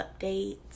updates